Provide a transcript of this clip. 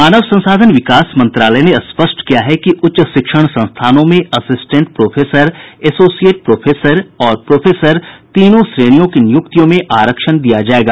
मानव संसाधन विकास मंत्रालय ने स्पष्ट किया है कि उच्च शिक्षण संस्थानों में असिस्टेंट प्रोफेसर एसोसिएट प्रोफेसर और प्रोफेसर तीनों श्रेणियों की नियुक्तियों में आरक्षण दिया जायेगा